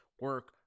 Work